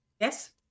Yes